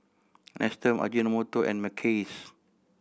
Nestum Ajinomoto and Mackays